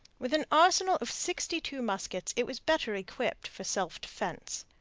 with an arsenal of sixty-two muskets it was better equipped for self-defence.